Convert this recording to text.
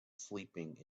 sleeping